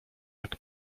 jak